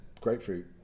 grapefruit